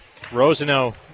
Rosano